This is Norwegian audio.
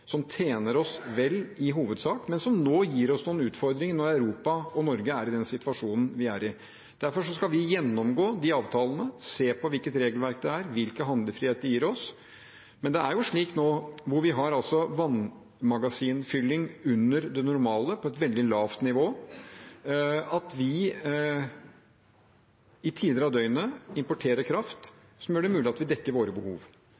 vel i hovedsak, men som nå gir oss noen utfordringer når Europa og Norge er i den situasjonen vi er i. Derfor skal vi gjennomgå de avtalene, se på hvilket regelverk det er, hvilken handlefrihet det gir oss. Men det er jo slik nå – hvor vi altså har vannmagasinfylling under det normale, på et veldig lavt nivå – at vi i tider av døgnet importerer kraft som gjør det mulig at vi dekker våre behov.